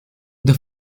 the